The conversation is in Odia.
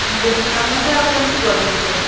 ମୁଁ ବେଶୀ ନ ନେଲେ ଆଉ କେମତି କରିବି ଯେ